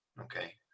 Okay